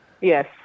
Yes